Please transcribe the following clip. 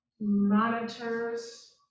monitors